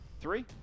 three